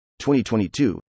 2022